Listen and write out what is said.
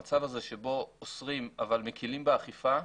המצב הזה שבו אוסרים אבל מקלים באכיפה,